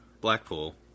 Blackpool